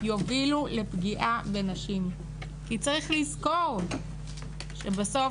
יובילו לפגיעה בנשים כי צריך לזכור שבסוף